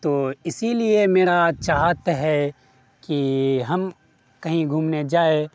تو اسی لیے میرا چاہت ہے کہ ہم کہیں گھومنے جائے